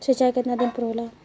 सिंचाई केतना दिन पर होला?